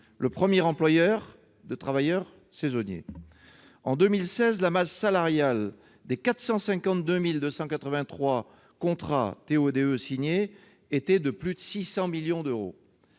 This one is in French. le premier employeur de travailleurs saisonniers. En 2016, la masse salariale des 452 283 contrats TO-DE signés s'élevait à plus de 600 millions d'euros.